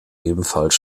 ebenfalls